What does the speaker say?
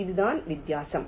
இதுதான் வித்தியாசம்